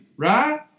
Right